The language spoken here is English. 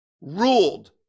ruled